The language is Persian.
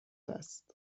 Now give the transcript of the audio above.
است